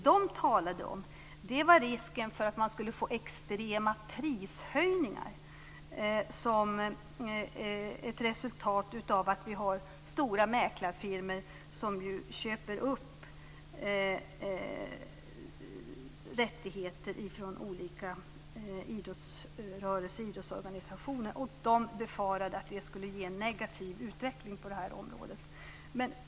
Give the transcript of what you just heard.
De talade om risken för att man skulle få extrema prishöjningar som ett resultat av att vi har stora mäklarfirmor som köper upp rättigheter från olika idrottsorganisationer. De befarande att det skulle ge en negativ utveckling på det här området.